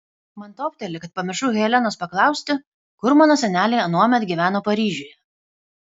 man topteli kad pamiršau helenos paklausti kur mano seneliai anuomet gyveno paryžiuje